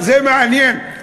זה מעניין.